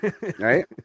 Right